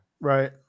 Right